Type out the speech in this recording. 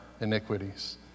iniquities